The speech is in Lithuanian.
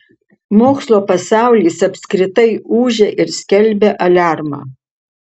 mokslo pasaulis apskritai ūžia ir skelbia aliarmą